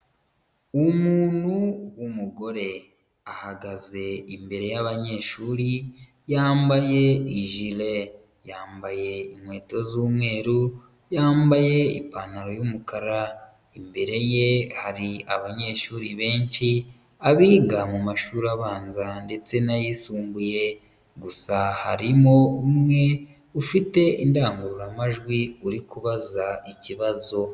Umuntu w'umugore ahagaze imbere y'abanyeshuri, yambaye ijire. Yambaye inkweto z'umweru, yambaye ipantaro y'umukara. Imbere ye hari abanyeshuri benshi, abiga mu mashuri abanza ndetse n'ayisumbuye. Gusa harimo umwe ufite indangururamajwi uri kubaza ikibazo.